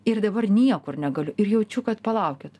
ir dabar niekur negaliu ir jaučiu kad palaukit